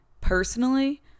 personally